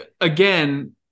Again